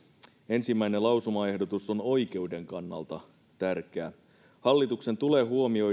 ensimmäinen lausumaehdotus on oikeuden kannalta tärkeä hallituksen tulee